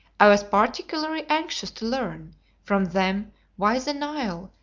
i was particularly anxious to learn from them why the nile,